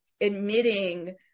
admitting